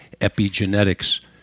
epigenetics